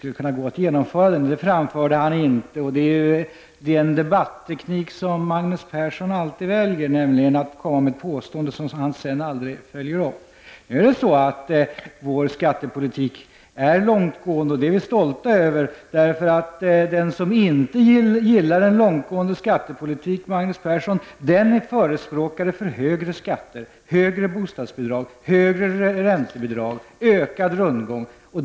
Magnus Persson väljer alltid debattekniken att inte följa upp påståenden som han gör. Den skattepolitik som vi för är långtgående, och det är vi stolta över. Den som nämligen inte gillar en långtgående skattepolitik, Magnus Persson, är förespråkare för högre skatter, högre bostadsbidrag, högre räntebidrag, ökad rundgång osv.